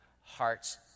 hearts